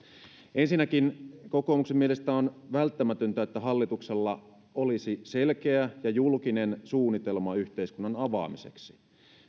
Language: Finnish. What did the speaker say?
ensinnäkin kokoomuksen mielestä on välttämätöntä että hallituksella olisi selkeä ja julkinen suunnitelma yhteiskunnan avaamiseksi